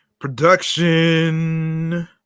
Production